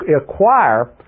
acquire